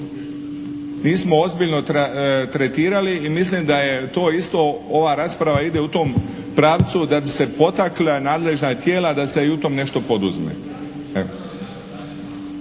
nismo ozbiljno tretirali i mislim da je to isto ova rasprava ide u tom pravcu da bi se potakla nadležna tijela da se i u tom nešto poduzme.